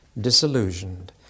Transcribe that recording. disillusioned